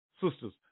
Sisters